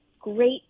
great